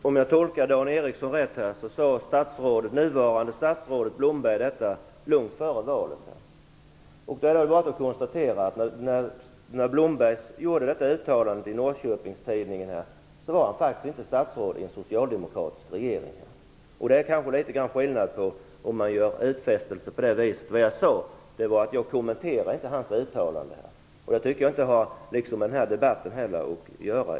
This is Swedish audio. Herr talman! Om jag tolkade Dan Ericsson rätt sade det nuvarande statsrådet detta långt före valet. Då är det bara att konstatera att när Blomberg gjorde detta uttalande i Norrköpingstidningen var han faktiskt inte statsråd i en socialdemokratisk regering. Det kanske är skillnad på om man gör utfästelser på det viset. Vad jag sade är att jag inte kommenterar hans uttalande. Jag tycker inte heller att det har med den här debatten att göra.